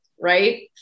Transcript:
right